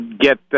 get